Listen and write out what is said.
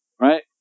right